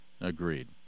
Agreed